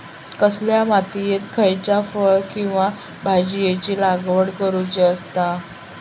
कसल्या मातीयेत खयच्या फळ किंवा भाजीयेंची लागवड करुची असता?